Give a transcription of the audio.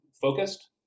focused